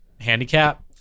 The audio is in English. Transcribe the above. handicap